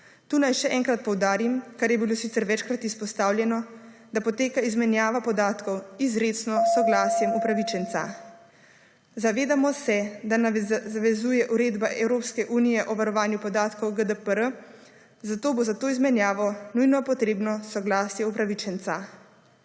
Tu naj še enkrat poudarim, kar je bilo sicer večkrat izpostavljeno, da poteka izmenjava podatkov izrecno s soglasjem upravičenca. Zavedamo se, da nas zavezuje uredba EU o varovanju podatkov GDPR, zato bo za to izmenjavo nujno potrebno soglasje upravičenca.